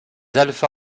alfa